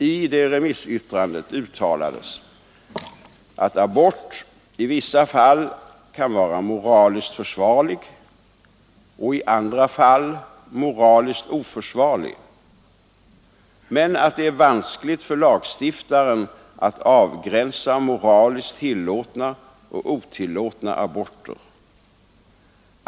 I remissyttrandet uttalades, att abort i vissa fall kan vara moraliskt försvarlig och i andra fall moraliskt oförsvarlig, men att det är vanskligt för lagstiftaren att avgränsa moraliskt tillåtna och otillåtna aborter.